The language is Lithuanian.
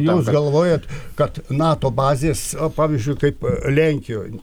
jūs galvojat kad nato bazės pavyzdžiui kaip lenkijoj